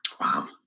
Wow